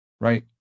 right